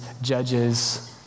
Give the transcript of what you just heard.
judges